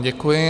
Děkuji.